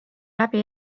läbi